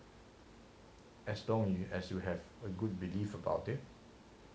as long you as you have a good belief about it